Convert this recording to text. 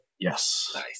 Yes